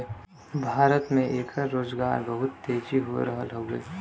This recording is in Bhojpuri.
भारत में एकर रोजगार बहुत तेजी हो रहल हउवे